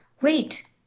Wait